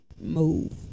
move